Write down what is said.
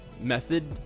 method